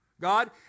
God